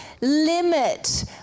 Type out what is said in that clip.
limit